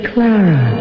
Clara